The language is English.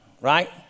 right